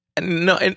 No